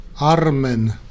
Armen